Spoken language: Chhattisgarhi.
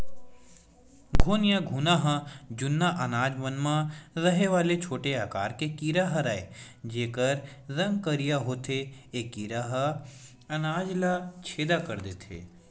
घुन या घुना ह जुन्ना अनाज मन म रहें वाले छोटे आकार के कीरा हरयए जेकर रंग करिया होथे ए कीरा ह अनाज ल छेंदा कर देथे